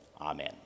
Amen